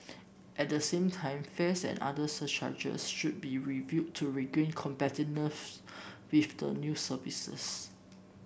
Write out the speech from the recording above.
at the same time fares and other surcharges should be reviewed to regain competitiveness with the new services